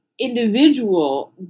individual